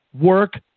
work